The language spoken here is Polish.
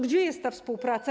Gdzie jest ta współpraca?